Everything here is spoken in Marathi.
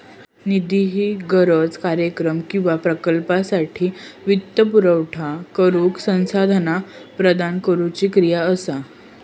निधी ही गरज, कार्यक्रम किंवा प्रकल्पासाठी वित्तपुरवठा करुक संसाधना प्रदान करुची क्रिया असा